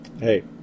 hey